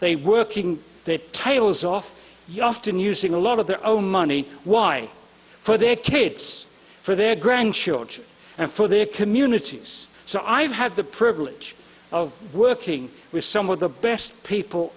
they working their tails off you asked and using a lot of their own money why for their kids for their grandchildren and for their communities so i've had the privilege of working with some of the best people